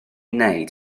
wneud